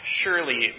surely